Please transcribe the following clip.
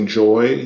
joy